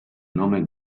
nome